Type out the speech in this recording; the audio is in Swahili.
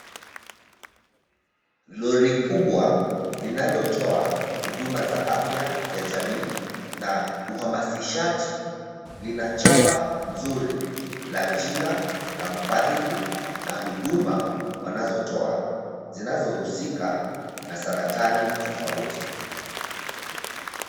Lori kubwa linalotoa huduma za afya ya jamii na uhamasishaji. Lina chapa nzuri la jina la mfadhili na huduma wanazotoa zinazohusika na saratani tofauti.